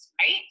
Right